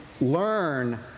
learn